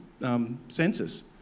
census